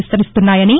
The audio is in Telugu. విస్తరిస్తున్నాయని